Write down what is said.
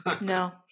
No